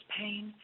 pain